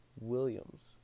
Williams